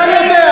זה אני יודע.